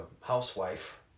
housewife